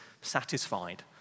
satisfied